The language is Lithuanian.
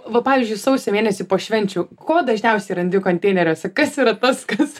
va pavyzdžiui sausio mėnesį po švenčių ko dažniausiai randi konteineriuose kas yra tas kas